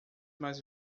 mais